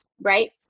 Right